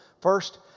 first